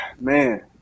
man